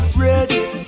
ready